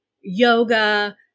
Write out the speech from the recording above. yoga